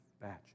batch